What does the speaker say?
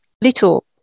little